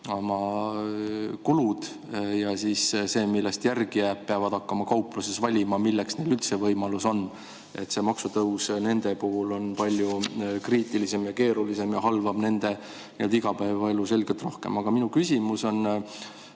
[arved] ja sellega, mis järgi jääb, peavad hakkama kaupluses valima, milleks neil üldse võimalus on. See maksutõus on nende puhul palju kriitilisem ja keerulisem ja halvab nende igapäevaelu selgelt rohkem. Aga minu küsimus on